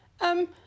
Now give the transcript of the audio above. Um